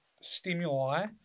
stimuli